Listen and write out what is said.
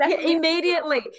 Immediately